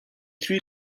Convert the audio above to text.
three